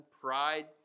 pride